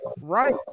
Right